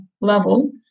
level